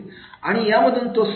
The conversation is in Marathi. आणि यामधून तो सखोल समजून घेऊ शकेल